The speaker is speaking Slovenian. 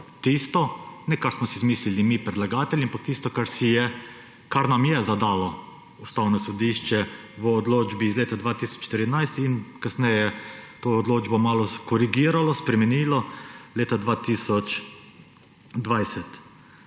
tisto, ne, kar smo si zamislili mi, predlagatelji, ampak tisto, kar nam je zadalo Ustavno sodišče v odločbi iz leta 2013 in kasneje to odločbo malo skorigiralo, spremenilo, leta 2020.